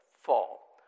fall